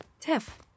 Tiff